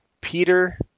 Peter